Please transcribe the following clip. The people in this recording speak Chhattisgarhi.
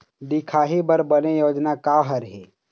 दिखाही बर बने योजना का हर हे?